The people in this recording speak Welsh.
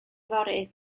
fory